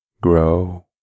grow